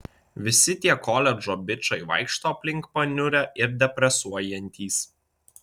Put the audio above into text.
visi tie koledžo bičai vaikšto aplink paniurę ir depresuojantys